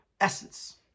essence